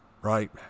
right